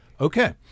Okay